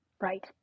Right